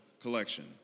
collection